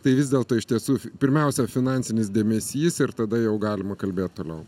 tai vis dėlto iš tiesų pirmiausia finansinis dėmesys ir tada jau galima kalbėt toliau